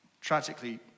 Tragically